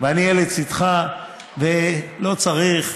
ואני אהיה לצידך, ולא צריך.